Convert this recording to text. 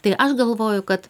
tai aš galvoju kad